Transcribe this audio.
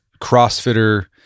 crossfitter